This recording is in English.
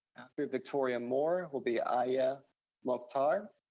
after victoria moore will be aya mokhtar.